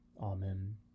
Amen